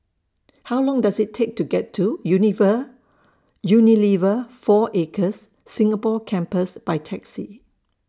How Long Does IT Take to get to Unilever four Acres Singapore Campus By Taxi